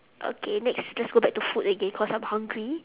okay next let's go back to food again because I'm hungry